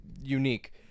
unique